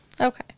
Okay